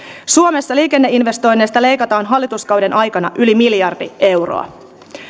suomessa liikenneinvestoinneista leikataan hallituskauden aikana yli miljardi euroa